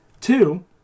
Two